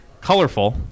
colorful